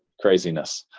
craziness.